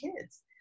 kids